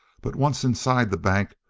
but once inside the bank,